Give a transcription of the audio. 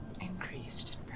increased